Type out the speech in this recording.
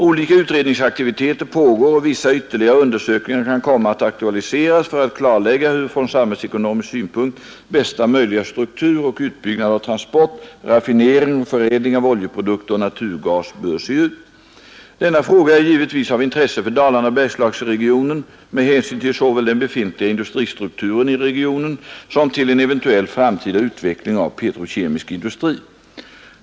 Olika utredningsaktiviteter pågår och vissa ytterligare undersökningar kan komma att aktualiseras för att klarlägga hur från samhällsekonomisk synpunkt bästa möjliga struktur och utbyggnad av transport, raffinering och förädling av oljeprodukter och naturgas bör se ut. Denna fråga är givetvis av intresse för Dalarna—Bergslagsregionen med hänsyn till såväl den befintliga industristrukturen i regionen som till en eventuell framtida utveckling av petrokemisk industri.